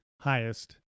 highest